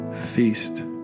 feast